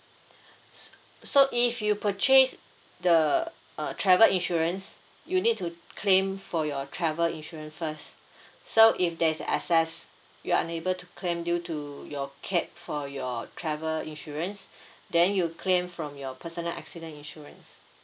so so if you purchase the uh travel insurance you need to claim for your travel insurance first so if there's a excess you're unable to claim due to your cap for your travel insurance then you claim from your personal accident insurance